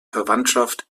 verwandtschaft